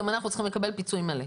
גם אנחנו צריכים לקבל פיצוי מלא,